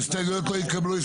ההסתייגויות לא התקבלו.